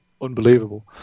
unbelievable